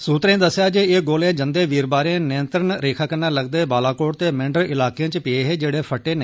सूत्रें दस्सेआ जे एह् गोले जंदे वीरवारें नियंत्रण रेखा कन्नै लगदे बालाकोट ते मैंढर इलाके च पे हे जेहड़े फट्टे नेई